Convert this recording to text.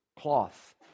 cloth